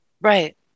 Right